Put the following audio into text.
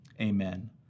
Amen